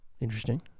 Interesting